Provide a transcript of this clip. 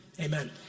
amen